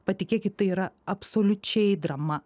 patikėkit tai yra absoliučiai drama